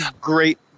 great